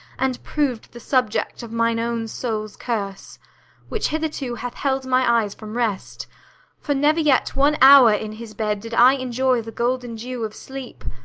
and prov'd the subject of mine own soul's curse which hitherto hath held my eyes from rest for never yet one hour in his bed did i enjoy the golden dew of sleep,